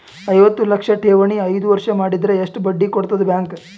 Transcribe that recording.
ಐವತ್ತು ಲಕ್ಷ ಠೇವಣಿ ಐದು ವರ್ಷ ಮಾಡಿದರ ಎಷ್ಟ ಬಡ್ಡಿ ಕೊಡತದ ಬ್ಯಾಂಕ್?